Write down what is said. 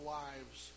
lives